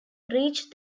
reached